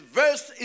verse